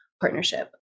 partnership